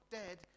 dead